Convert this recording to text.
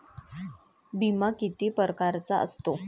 बिमा किती परकारचा असतो?